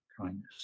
kindness